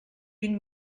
vint